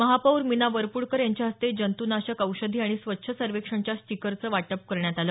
महापौर मिना वरपूडकर यांच्या हस्ते जंतूनाशक औषधी आणि स्वच्छ सर्वेक्षणच्या स्टीकरचं वाटप करण्यात आलं